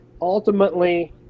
ultimately